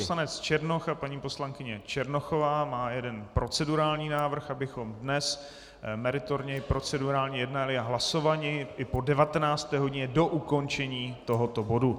Takže pan poslanec Černoch a paní poslankyně Černochová mají jeden procedurální návrh, abychom dnes meritorně i procedurálně jednali a hlasovali i po 19. hodině, do ukončení tohoto bodu.